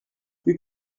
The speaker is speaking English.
you